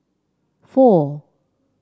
four